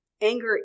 Anger